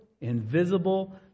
invisible